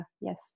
Yes